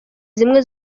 zimwe